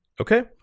Okay